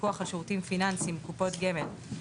פיקוח על שירותים פיננסיים (קופות גמל),